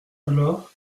alors